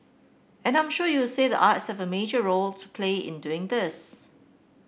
and I'm sure you'll say the arts have a major role to play in doing this